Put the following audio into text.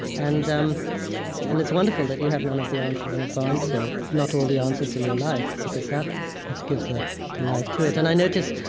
and um and it's wonderful that you have none of the answers in advance or not all the answers in your life, because that is what gives the the life to it and i notice,